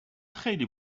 خیلی